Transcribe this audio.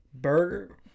burger